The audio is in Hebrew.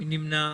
מי נמנע?